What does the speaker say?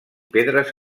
pedres